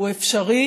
הוא אפשרי